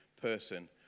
person